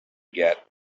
get